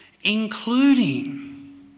including